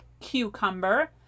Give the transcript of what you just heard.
cucumber